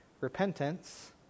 repentance